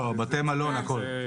בתי מלון הכל.